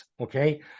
okay